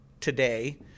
today